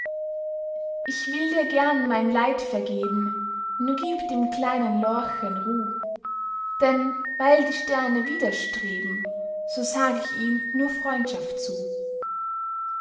ich will dir gern mein leid vergeben nur gib dem kleinen lorchen ruh denn weil die sterne widerstreben so sag ich ihm nur freundschaft zu